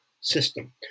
system